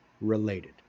related